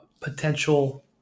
potential